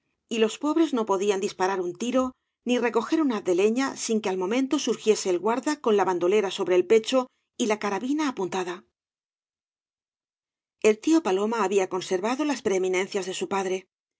y los pobres no podían disparar un tiro ni recoger un haz de leña sin que al momento surgiese el guarda con la ban dolerá sobre el pecho y la carabina apuntada el tío paloma había conservado las preeminencias de bu padre